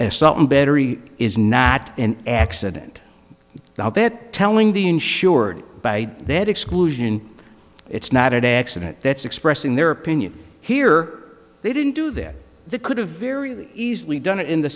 and battery is not an accident now that telling the insured by that exclusion it's not an accident that's expressing their opinion here they didn't do that they could have very easily done it in the